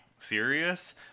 serious